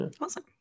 Awesome